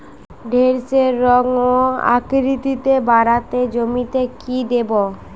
ঢেঁড়সের রং ও আকৃতিতে বাড়াতে জমিতে কি দেবো?